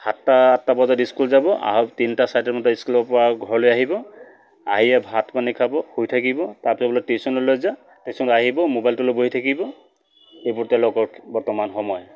সাতটা আঠটা বজাত স্কুল যাব আৰু তিনিটা চাৰিটামানতে স্কুলৰপৰা ঘৰলৈ আহিব আহিয়ে ভাত পানী খাব শুই থাকিব তাতো বোলে টিউশ্যনলৈ যাওঁ তাৰপিছত আহিব মোবাইলটো লৈ বহি থাকিব এইবোৰ তেওঁলোকৰ বৰ্তমান সময়